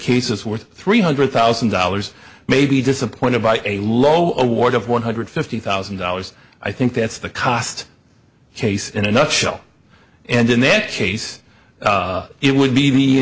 case is worth three hundred thousand dollars maybe disappointed by a low award of one hundred fifty thousand dollars i think that's the cost case in a nutshell and in that case it would be the